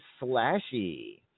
Slashy